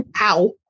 Ow